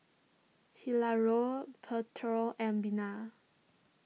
Hilario and Bina